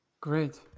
Great